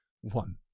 One